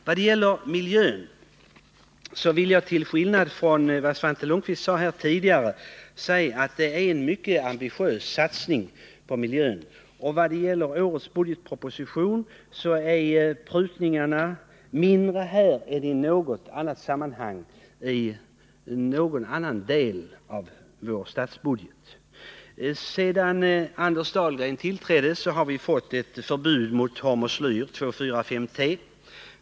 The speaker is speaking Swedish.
Vad gäller miljön vill jag, till skillnad från vad Svante Lundkvist sade här tidigare, hävda att man gör en mycket ambitiös satsning på miljön i årets budgetproposition. Prutningarna i år är här mindre än i någon annan del av vår statsbudget. Sedan Anders Dahlgren tillträdde som jordbruksminister har vi fått ett förbud mot användande av hormoslyr 2,4,5-T.